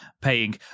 paying